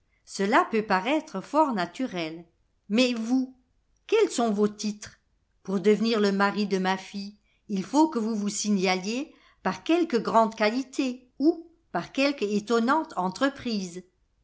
cela peut paraître fort naturel mais vous quels sont vos titres pour devenir le mari de ma fille il faut que vous vous signaliez par quelque grande qualité ou par quelque étonnante entreprise